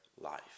life